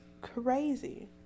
crazy